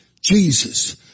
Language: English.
Jesus